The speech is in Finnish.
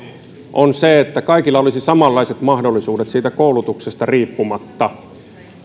on se että kaikilla olisi samanlaiset mahdollisuudet koulutuksesta riippumatta